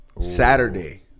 Saturday